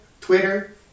Twitter